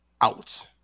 out